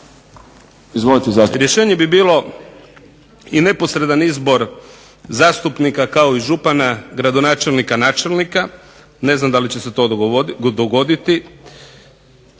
Rješenje bi bilo i neposredan izbor zastupnika kao i župana, gradonačelnika, načelnika. Ne znam da li će se to dogoditi.